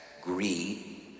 greed